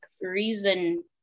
reason